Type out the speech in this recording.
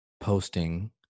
posting